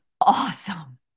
awesome